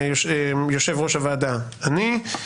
יושב ראש הוועדה אני,